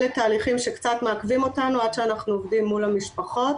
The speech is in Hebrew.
אלה תהליכים שקצת מעכבים אותנו עד שאנחנו עומדים מול המשפחות,